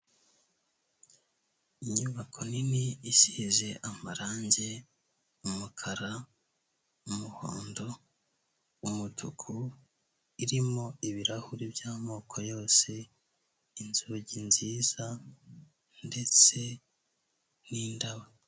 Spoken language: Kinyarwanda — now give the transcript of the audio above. Inyubako nini isize amarangi, umukara, umuhondo, umutuku, irimo ibirahuri by'amoko yose, inzugi nziza ndetse n'indabo.